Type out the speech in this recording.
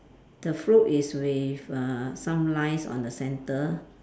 the float is with uh some lines on the centre